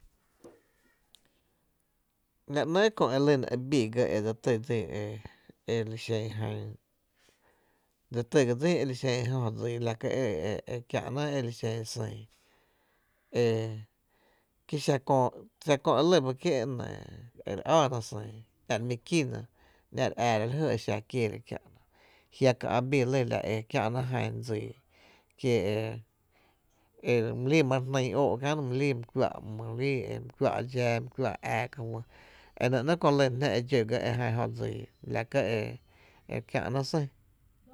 La nɇɇ’ köö elyna e dse tý dsin e li xen jan, dse tý ga dsín e li xen jan jö dsii e kiä’na e li xen sÿÿ, e kie xa köö xa Köö e lɇ ba kié’ e nɇɇ e re áána sÿÿ e nⱥ’ re mi kïna, ‘nⱥ’ re ⱥⱥra la jy e xa kieera kiä’na, jiaka’ ä’ lɇ la’ e kiä’na jan dsii kie’ e e my líí ma re jnyn óó’ kiäno, jö my lii my kuⱥⱥ’ dxaa my kuⱥⱥ’ ää ka juý e nɇ ‘nɇɇ’ kö e lyna jná e dxó ga e jan dso dsii e la ka’ e kiä’na sÿÿ.